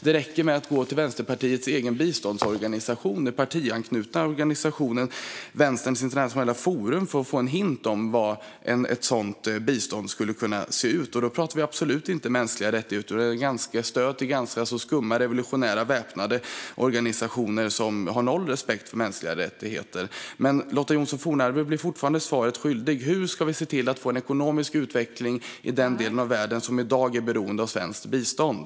Det räcker med att gå till Vänsterpartiets egen partianknutna biståndsorganisation Vänsterns Internationella Forum för att få en hint om hur ett sådant bistånd skulle kunna se ut. Då pratar vi absolut inte om mänskliga rättigheter utan om stöd till ganska skumma, revolutionära, väpnade organisationer som har noll respekt för mänskliga rättigheter. Men Lotta Johnsson Fornarve blir fortfarande svaret skyldig. Hur ska vi se till att få en ekonomisk utveckling i den del av världen som i dag är beroende av svenskt bistånd?